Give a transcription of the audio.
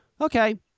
Okay